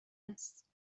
است